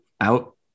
out